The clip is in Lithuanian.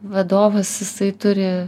vadovas jisai turi